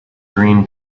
green